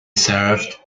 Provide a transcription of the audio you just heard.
served